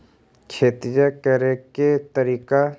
खेतिया करेके के तारिका?